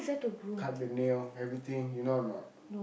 cut the nail everything you know or not